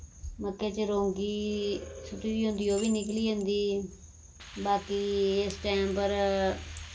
मक्कें च रौंगी सु'ट्टी दी होंदी ओह् बी निकली जंदी बाकी इस टैम पर